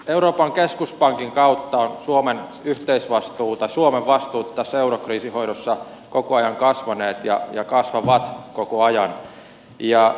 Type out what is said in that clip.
euroopan keskuspankin kautta ovat suomen vastuut tässä eurokriisin hoidossa koko ajan kasvaneet ja kasvavat koko ajan